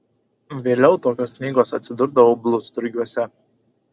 vėliau tokios knygos atsidurdavo blusturgiuose